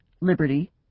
liberty